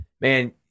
Man